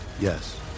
Yes